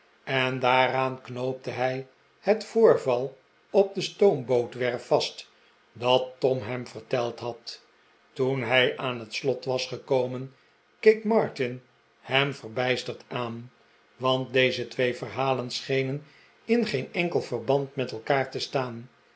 en daaraan knoopte hij het voorval op de stoombootwerf vast dat tom hem verteld had toen hij aan het slot was gekomen keek martin hem verbijsterd aan want deze twee verhalen schenen in geen enkel verband met elkaar te staan